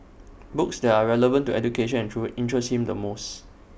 books that are relevant to education and child interest him the most